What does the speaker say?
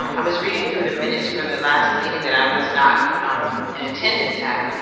um was reading through the minutes for the last meeting that i was not um in attendance at.